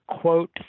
quote